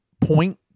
point